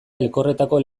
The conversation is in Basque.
elkorretako